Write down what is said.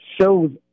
shows